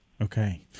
Okay